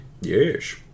Yes